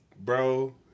bro